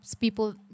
people